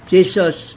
Jesus